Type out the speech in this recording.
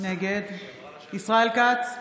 נגד ישראל כץ,